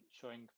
showing